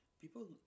People